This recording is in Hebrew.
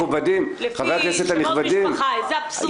לפי שמות משפחה איזה אבסורד.